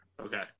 Okay